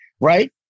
Right